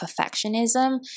perfectionism